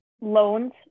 loans